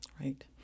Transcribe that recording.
Right